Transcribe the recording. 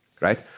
right